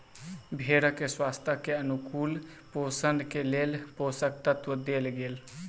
भेड़क स्वास्थ्यक अनुकूल पोषण के लेल पोषक तत्व देल गेल